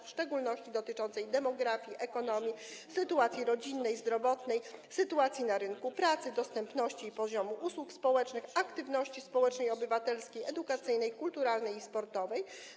Informacje dotyczyły w szczególności demografii, ekonomii, sytuacji rodzinnej, zdrowotnej, sytuacji na rynku pracy, dostępności i poziomu usług społecznych, aktywności społecznej i obywatelskiej, edukacyjnej, kulturalnej i sportowej.